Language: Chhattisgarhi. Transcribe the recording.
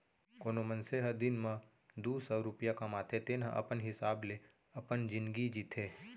कोनो मनसे ह दिन म दू सव रूपिया कमाथे तेन ह अपन हिसाब ले अपन जिनगी जीथे